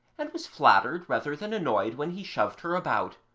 and was flattered rather than annoyed when he shoved her about.